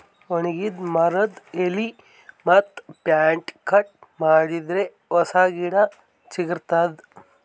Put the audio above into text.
ಒಣಗಿದ್ ಮರದ್ದ್ ಎಲಿ ಮತ್ತ್ ಪಂಟ್ಟ್ಯಾ ಕಟ್ ಮಾಡಿದರೆ ಹೊಸ ಗಿಡ ಚಿಗರತದ್